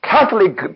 Catholic